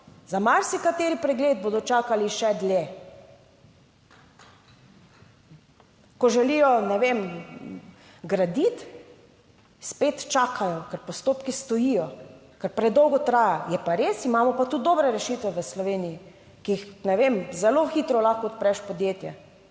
za marsikateri pregled bodo čakali še dlje. Ko želijo, ne vem, graditi, spet čakajo, ker postopki stojijo, ker predolgo traja. Je pa res, imamo pa tudi dobre rešitve v Sloveniji, ki jih, ne vem, zelo hitro lahko odpreš podjetje.